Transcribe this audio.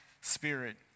Spirit